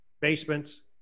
basements